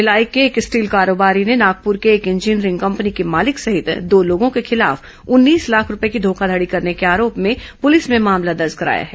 भिलाई के एक स्टीलॅ कारोबारी ने नागपूर के एक इंजीनियरिंग कंपनी के मालिक सहित दो लोगों के खिलाफ उन्नीस लाख रूपए की घोखाघड़ी करने आरोप में पुलिस ने मामला दर्ज कराया है